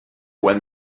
when